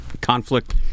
conflict